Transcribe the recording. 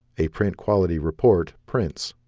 a print quality report prints